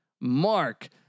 Mark